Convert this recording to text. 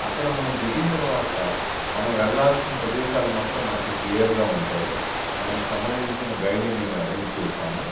అక్కడ మనం దిగిన తరువాత మనం వెళ్ళాల్సిన ప్రదేశాలు మొత్తం మనకి క్లియర్గా ఉంటాయి దానికి సంబంధించిన గైడ్ని నేను అరేంజ్ చేశాను